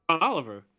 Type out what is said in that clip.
oliver